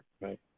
Right